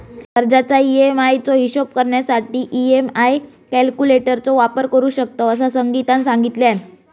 कर्जाच्या ई.एम्.आई चो हिशोब करण्यासाठी ई.एम्.आई कॅल्क्युलेटर चो वापर करू शकतव, असा संगीतानं समजावल्यान